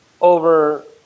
over